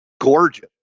gorgeous